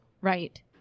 Right